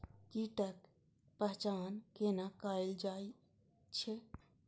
कीटक पहचान कैना कायल जैछ?